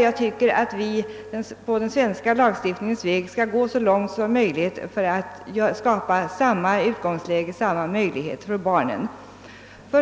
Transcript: Jag tycker att vi i Sverige på lagstiftningens väg skall gå så långt som möjligt för att skapa samma utgångsläge och samma möjligheter för barnen.